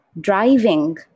driving